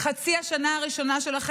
ואתם יודעים